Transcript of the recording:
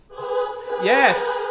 Yes